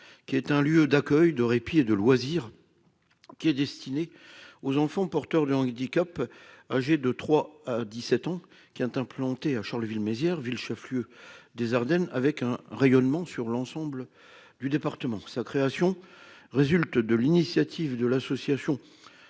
Relais !», lieu d'accueil, de répit et de loisirs destiné aux enfants porteurs de handicap âgés de 3 ans à 17 ans qui est implanté à Charleville-Mézières, ville chef-lieu des Ardennes, avec un rayonnement sur l'ensemble du département. Ce dispositif a été créé en mai 2020 sur l'initiative de l'association